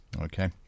Okay